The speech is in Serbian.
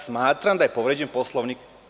Smatram da je povređen Poslovnik.